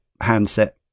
handset